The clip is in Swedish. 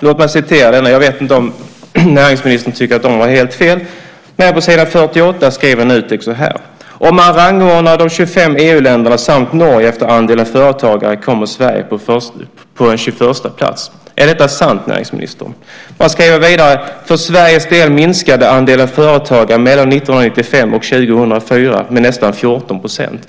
Låt mig citera ur den. Jag vet inte om näringsministern tycker att de har helt fel, men på s. 48 skriver Nutek så här: "Om vi rangordnar de 25 EU-länderna samt Norge efter andelen företagare kommer Sverige först på en 21:a plats." Är detta sant, näringsministern? Man skriver vidare: "För Sveriges del minskade andelen företagare mellan 1995 och 2004 med nästan 14 procent."